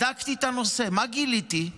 בדקתי את הנושא, מה גיליתי?